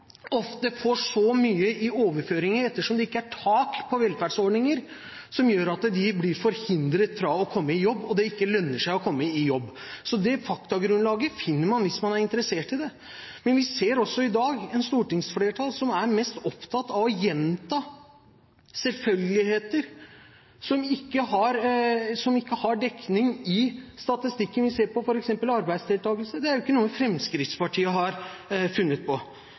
ofte får så mye i overføringer – ettersom det ikke er tak på velferdsordninger – at de blir forhindret fra å komme i jobb, og at det ikke lønner seg å komme i jobb. Det faktagrunnlaget finner man hvis man er interessert i det. Men vi ser også i dag et stortingsflertall som er mest opptatt av å gjenta selvfølgeligheter som ikke har dekning i statistikken. Vi ser f.eks. på arbeidsdeltakelse. Det er jo ikke noe Fremskrittspartiet har funnet på.